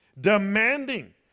demanding